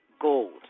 gold